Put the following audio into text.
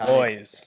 Boys